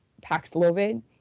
Paxlovid